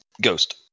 Ghost